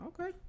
Okay